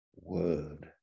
word